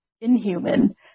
inhuman